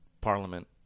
parliament